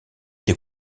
des